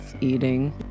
eating